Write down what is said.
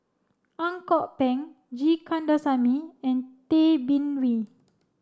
Ang Kok Peng G Kandasamy and Tay Bin Wee